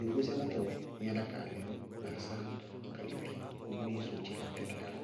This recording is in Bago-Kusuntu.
yofó fátɔ wɛ, ŋñ yála ka lɛ ró masásárá ñtɔ ró ka lili. Bʋʋ bʋʋyɛ sóótchi ka fɛlɩkɩ kala.